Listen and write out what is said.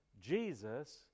Jesus